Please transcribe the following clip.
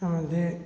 ꯑꯃꯗꯤ